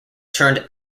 turned